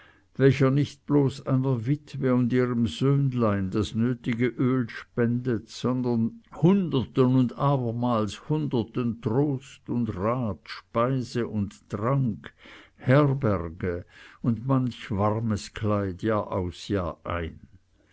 welcher nicht bloß einer witwe und ihrem söhnelein das nötige öl spendet sondern hunderten und abermal hunderten trost und rat speise und trank herberge und manch warmes kleid jahraus jahrein